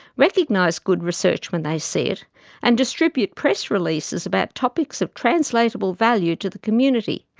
recognise good research when they see it and distribute press releases about topics of translatable value to the community.